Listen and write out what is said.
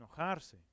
enojarse